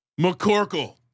McCorkle